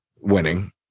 winning